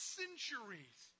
centuries